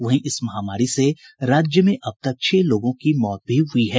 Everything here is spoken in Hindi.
वहीं इस महामारी से राज्य में कुल छह लोगों की मौत भी हुई है